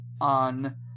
on